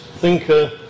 thinker